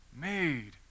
made